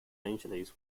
angeles